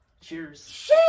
Cheers